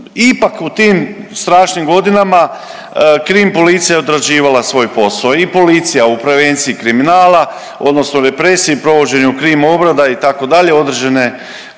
ipak u tim strašnim godinama Krim policija odrađivala svoj posao i policija u prevenciji kriminala odnosno represiji i provođenju krim obrada itd., određene